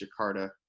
jakarta